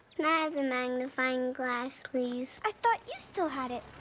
ah the magnifying glass please? i thought you still had it.